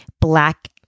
black